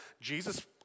Jesus